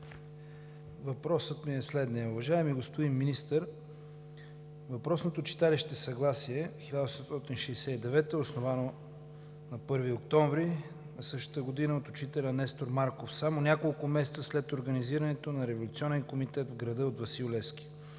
Въпросът ми е следният: уважаеми господин Министър, въпросното читалище „Съгласие 1869“ е основано на 1 октомври същата година от учителя Нестор Марков, само няколко месеца след организирането на революционен комитет в града от Васил Левски.